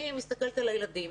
אני מסתכלת על הילדים,